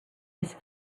this